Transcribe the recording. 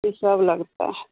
उ सब लगता है